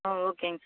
ஓ ஓகேங்க சார்